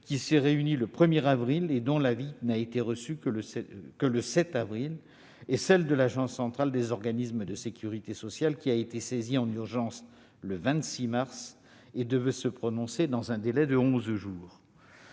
qui s'est réunie le 1 avril et dont l'avis n'a été reçu que le 7 avril, et celle de l'Agence centrale des organismes de sécurité sociale (Acoss), qui a été saisie en urgence le 26 mars et devait se prononcer dans un délai de onze jours.